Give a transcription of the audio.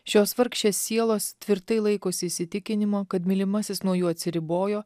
šios vargšės sielos tvirtai laikosi įsitikinimo kad mylimasis nuo jų atsiribojo